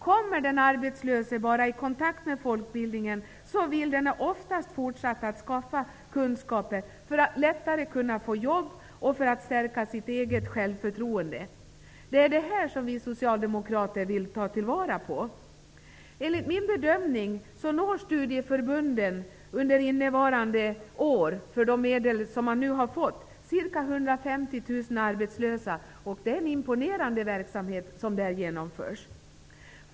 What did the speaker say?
Kommer den arbetslöse bara i kontakt med folkbildningen vill denne oftast fortsätta att skaffa kunskaper för att lättare kunna få jobb och för att stärka sitt eget självförtroende. Det är detta som vi socialdemokrater vill ta vara på. Enligt min bedömning når studieförbunden under innevarande år för de medel som de har fått ca 150 000 arbetslösa. Det är en imponerande verksamhet som studieförbunden genomför.